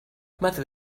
mother